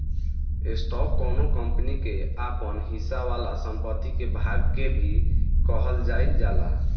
stock कौनो company के आपन हिस्सा वाला संपत्ति के भाग के भी कहल जाइल जाला